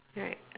right